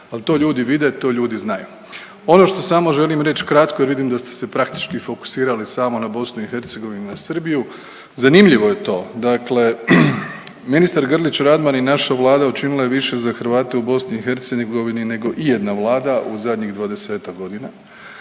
ali to ljudi vide, to ljudi znaju. Ono što samo želim reći kratko jer vidim da ste se praktički fokusirali samo na BiH i na Srbiju, zanimljivo je to, dakle ministar Grlić Radman i naša vlada učinila je više za Hrvate u BiH nego ijedna vlada u zadnjih 20-ak godina.